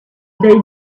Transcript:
they